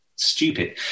Stupid